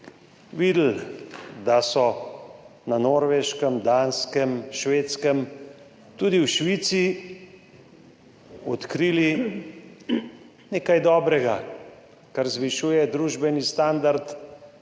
videli, da so na Norveškem, Danskem, Švedskem, tudi v Švici, odkrili nekaj dobrega, kar zvišuje družbeni standard,